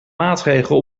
maatregel